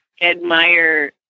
admire